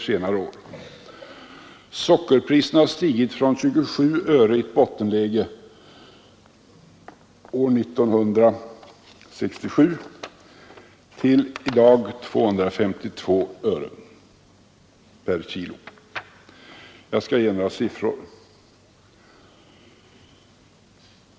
Sockerpriset har stigit från 27 öre i ett bottenläge år 1967 till i dag 252 öre per kilo. Jag skall ge några siffror.